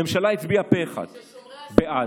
הממשלה הצביעה פה אחד בעד,